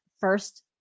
first